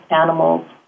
animals